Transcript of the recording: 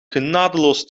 genadeloos